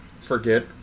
forget